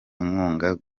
inkunga